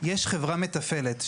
יש חברה מתפעלת.